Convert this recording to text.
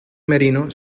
merino